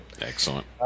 Excellent